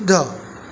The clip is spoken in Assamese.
শুদ্ধ